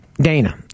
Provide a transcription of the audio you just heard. Dana